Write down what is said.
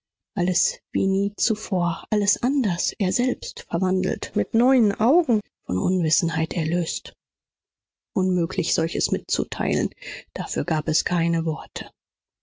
alles wie nie zuvor alles anders er selbst verwandelt mit neuen augen von unwissenheit erlöst unmöglich solches mitzuteilen dafür gab es keine worte